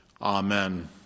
amen